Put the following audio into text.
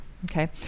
Okay